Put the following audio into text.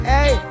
Hey